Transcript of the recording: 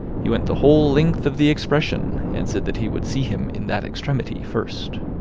he went the whole length of the expression, and said that he would see him in that extremity first.